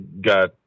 got